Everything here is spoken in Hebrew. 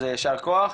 אז יישר כוח.